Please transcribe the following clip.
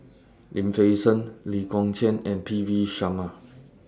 Lim Fei Shen Lee Kong Chian and P V Sharma